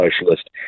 socialist